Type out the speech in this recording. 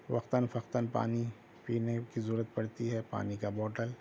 وقتاً فوقتاً پانی پینے کی ضرورت پڑتی ہے پانی کا بوٹل